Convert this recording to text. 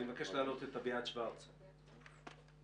מבקש להעלות את אביעד שוורץ ממשרד האוצר.